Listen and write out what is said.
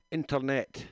internet